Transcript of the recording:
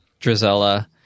Drizella